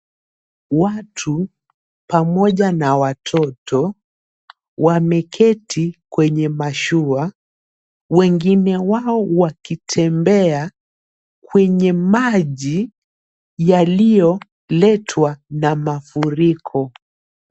Watu pamoja na watoto wameketi kwenye mashua wengine wao wakitemba kwemye maji yaliyoletwa na mafuriko.